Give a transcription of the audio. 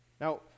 Now